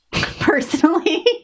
personally